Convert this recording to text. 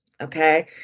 Okay